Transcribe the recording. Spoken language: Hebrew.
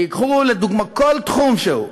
תיקחו לדוגמה, כל תחום שהוא,